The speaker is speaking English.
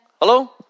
Hello